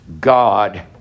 God